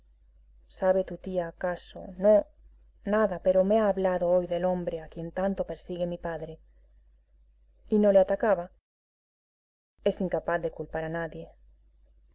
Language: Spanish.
sabe tu tía acaso no nada pero me ha hablado hoy del hombre a quien tanto persigue mi padre y no le atacaba es incapaz de culpar a nadie